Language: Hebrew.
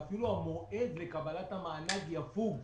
ואפילו המועד לקבלת המענק יפוג.